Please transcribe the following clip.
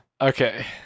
Okay